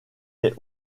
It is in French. est